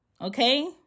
Okay